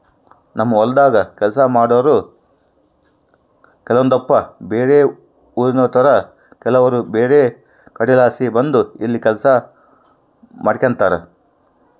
ನಮ್ಮ ಹೊಲದಾಗ ಕೆಲಸ ಮಾಡಾರು ಕೆಲವೊಂದಪ್ಪ ಬ್ಯಾರೆ ಊರಿನೋರಾಗಿರುತಾರ ಕೆಲವರು ಬ್ಯಾರೆ ಕಡೆಲಾಸಿ ಬಂದು ಇಲ್ಲಿ ಕೆಲಸ ಮಾಡಿಕೆಂಡಿರ್ತಾರ